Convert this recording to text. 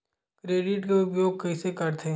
Credit के उपयोग कइसे करथे?